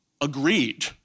agreed